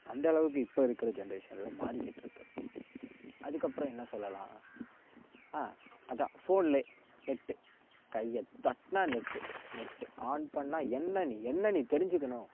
அந்தளவுக்கு இப்போ இருக்குகிற ஜென்ரேஷனில் மாறிக்கிட்ருக்குது அதுக்கப்புறம் என்ன சொல்லலாம் ஆ அதான் ஃபோன்லே நெட்டு கையை தட்டினா நெட்டு நெட்டு ஆன் பண்ணால் என்ன நீ என்ன நீ தெரிஞ்சுக்கணும்